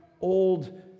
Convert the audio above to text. old